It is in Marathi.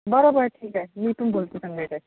बरं बर ठीक आहे मी पण बोलते संध्याकाळ